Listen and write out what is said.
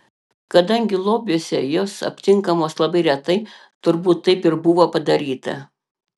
kadangi lobiuose jos aptinkamos labai retai turbūt taip ir buvo padaryta